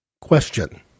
Question